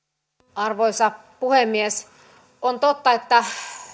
arvoisa puhemies on totta että